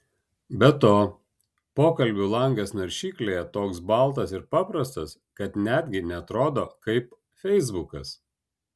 be to pokalbių langas naršyklėje toks baltas ir paprastas kad netgi neatrodo kaip feisbukas